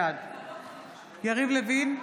בעד יריב לוין,